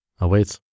awaits